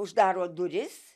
uždaro duris